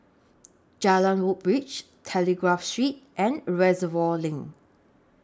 Jalan Woodbridge Telegraph Street and Reservoir LINK